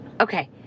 okay